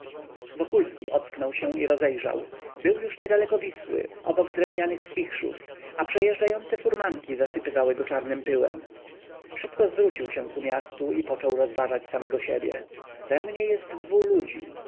wokulski ocknął się i rozejrzał był już niedaleko wisły obok drewnianych spichrzów a przejeżdżające furmanki zasypywały go czarnym pyłem szybko zwrócił się ku miastu i począł rozważać samego siebie we mnie jest dwu ludzi